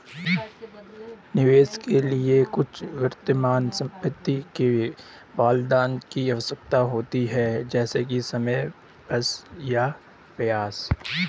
निवेश के लिए कुछ वर्तमान संपत्ति के बलिदान की आवश्यकता होती है जैसे कि समय पैसा या प्रयास